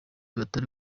batari